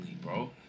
bro